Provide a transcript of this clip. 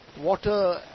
water